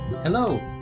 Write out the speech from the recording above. Hello